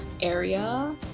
area